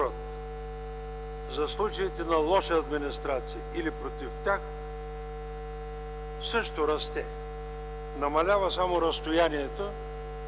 за случаите на лоша администрация или против тях също расте. Намалява само разстоянието,